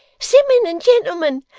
simmun and gentlemen,